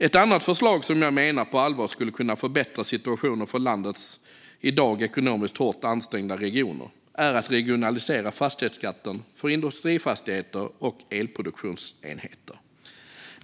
Ett annat förslag som på allvar skulle kunna förbättra situationen för landets i dag ekonomiskt hårt ansträngda regioner är att regionalisera fastighetsskatten för industrifastigheter och elproduktionsenheter.